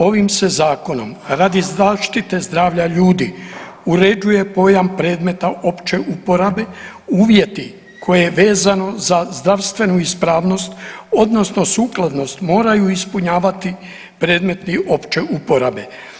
Ovim se zakonom radi zaštite zdravlja ljudi uređuje pojam predmeta opće uporabe, uvjeti koje vezano za zdravstvenu ispravnost, odnosno sukladnost moraju ispunjavati predmeti opće uporabe.